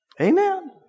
Amen